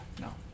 no